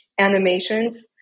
animations